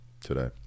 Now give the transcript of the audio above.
today